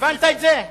הבנת את זה?